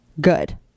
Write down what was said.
good